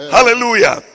Hallelujah